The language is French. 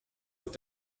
est